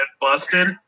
busted